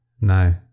no